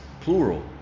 plural